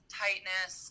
tightness